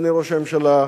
אדוני ראש הממשלה,